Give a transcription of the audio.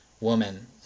woman